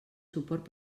suport